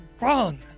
wrong